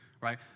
right